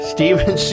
Stephen